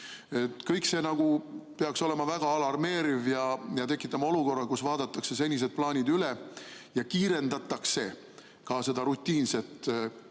Kõik see peaks olema väga alarmeeriv ja tekitama olukorra, kus vaadatakse senised plaanid üle ja kiirendatakse ka seda rutiinset